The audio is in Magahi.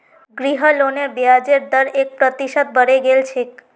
गृह लोनेर ब्याजेर दर एक प्रतिशत बढ़े गेल छेक